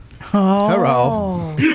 Hello